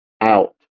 out